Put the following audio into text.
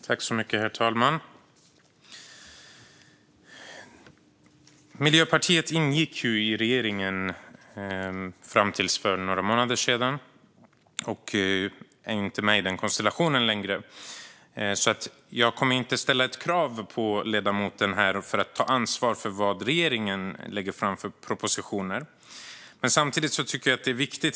Herr talman! Miljöpartiet ingick i regeringen fram till för några månader sedan men är inte med i den konstellationen längre. Jag kommer därför inte att ställa krav på ledamoten här att ta ansvar för de propositioner som regeringen lägger fram.